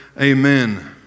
Amen